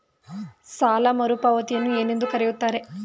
ಸಾಲ ಮರುಪಾವತಿಯನ್ನು ಏನೆಂದು ಕರೆಯುತ್ತಾರೆ?